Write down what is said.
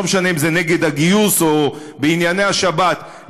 לא משנה אם נגד הגיוס או בענייני השבת,